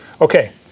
Okay